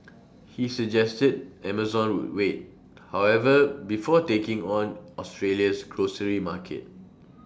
he suggested Amazon would wait however before taking on Australia's grocery market